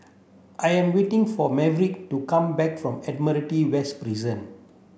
I am waiting for Maverick to come back from Admiralty West Prison